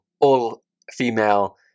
all-female